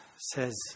says